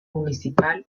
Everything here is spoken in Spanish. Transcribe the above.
municipal